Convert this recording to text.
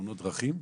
ותאונות דרכים,